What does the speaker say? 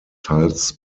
teils